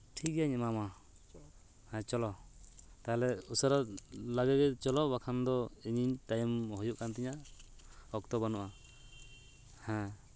ᱴᱷᱤᱠ ᱜᱮᱭᱟᱧ ᱮᱢᱟᱢᱟ ᱦᱮᱸ ᱪᱚᱞᱚ ᱛᱟᱦᱚᱞᱮ ᱩᱥᱟᱹᱨᱟ ᱞᱟᱜᱟᱭ ᱢᱮ ᱪᱚᱞᱚ ᱵᱟᱠᱷᱟᱱ ᱫᱚ ᱤᱧᱟᱹᱜ ᱴᱟᱭᱤᱢ ᱦᱩᱭᱩᱜ ᱠᱟᱱ ᱛᱤᱧᱟᱹ ᱚᱠᱛᱚ ᱵᱟᱹᱱᱩᱜᱼᱟ ᱦᱮᱸ